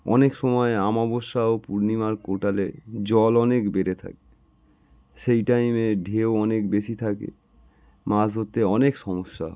অনেক সময় আম অবসাও পূর্ণিমার কোটালে জল অনেক বেড়ে থাকে সেই টাইমে ঢেউ অনেক বেশি থাকে মাছ ধরতে অনেক সমস্যা হয়